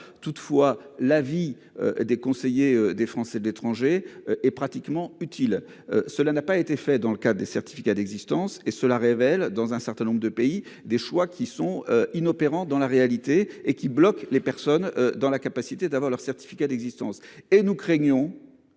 Toutefois, la vie des conseillers des Français de l'étranger et pratiquement utile. Cela n'a pas été fait dans le cas des certificats d'existence et cela révèle dans un certain nombre de pays des choix qui sont inopérants dans la réalité et qui bloquent les personnes dans la capacité d'avoir leur certificat d'existence et nous craignons.